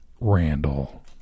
randall